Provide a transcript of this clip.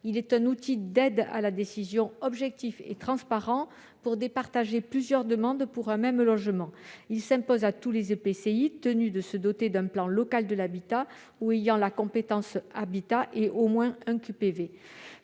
un outil d'aide à la décision objectif et transparent permettant de départager plusieurs demandes pour un même logement. Il s'impose à tous les EPCI tenus de se doter d'un programme local de l'habitat ou ayant la compétence habitat et au moins un QPV.